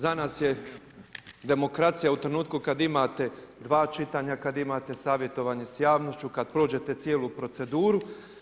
Za nas je demokracija u trenutku kada imate dva čitanja, kada imate savjetovanje sa javnošću, kada prođete cijelu proceduru.